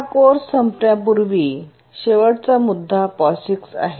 हा कोर्स संपण्यापूर्वी शेवटचा मुद्दा POSIX आहे